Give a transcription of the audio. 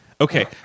Okay